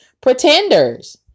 pretenders